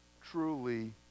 truly